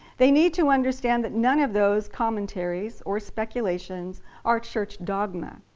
they need to understand that none of those commentaries or speculations are church dogma.